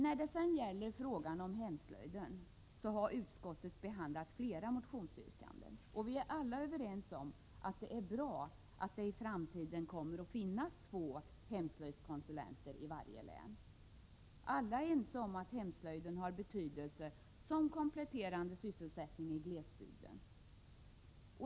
När det sedan gäller frågan om hemslöjden har utskottet behandlat flera motionsyrkanden. Vi är överens om att det är bra att det i framtiden kommer att finnas två hemslöjdskonsulenter i varje län. Alla är ense om att hemslöjden har betydelse som komplement till sysselsättningen i glesbygden.